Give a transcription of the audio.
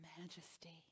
majesty